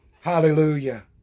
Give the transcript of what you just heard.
Hallelujah